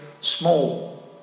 small